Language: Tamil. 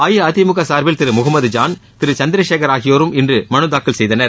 அஇஅதிமுக சார்பில் திரு முகமது ஜான் திரு சுந்திரசேகர் ஆகியோரும் இன்று மனுதாக்கல் செய்தனர்